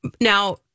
Now